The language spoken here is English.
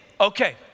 Okay